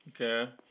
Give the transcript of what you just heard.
Okay